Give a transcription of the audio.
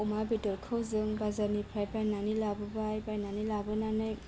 अमा बेदरखौ जों बाजारनिफ्राय बायनानै लाबोबाय बायनानै लाबोनानै